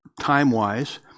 time-wise